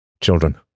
children